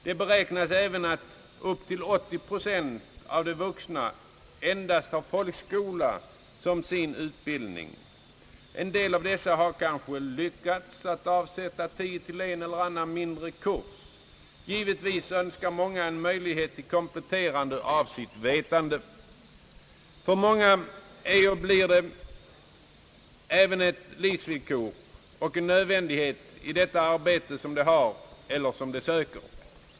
Det beräknas att upp till 80 procent av de vuxna endast har folkskolan som sin utbildning. En del av dessa har kanske lyckats avsätta tid till en eller annan mindre kurs. Givetvis önskar många en möjlighet till komplettering av sitt vetande. För många är och blir det även ett livsvillkor och en nödvändighet i det arbete som de har eller söker.